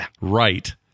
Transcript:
right